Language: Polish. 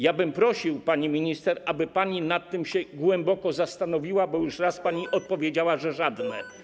Ja bym prosił, pani minister, aby pani nad tym się głęboko zastanowiła, bo już raz pani odpowiedziała, że żadne.